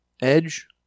edge